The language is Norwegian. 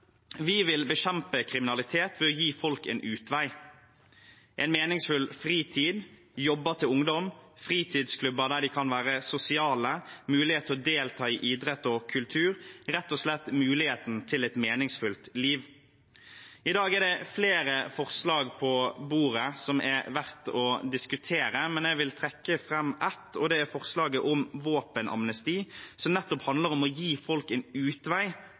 Vi vil bekjempe kriminalitet ved å gi folk en utvei, en meningsfull fritid, jobber til ungdom, fritidsklubber der de kan være sosiale, mulighet til å delta i idrett og kultur – rett og slett muligheten til et meningsfullt liv. I dag er det flere forslag på bordet som er verdt å diskutere, men jeg vil trekke fram ett, og det er forslaget om våpenamnesti, som nettopp handler om å gi folk en utvei